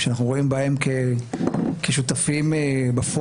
שאנחנו רואים בהם שותפים בפועל.